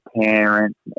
parents